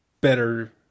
Better